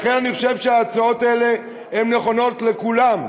לכן, אני חושב שההצעות האלה נכונות לכולם.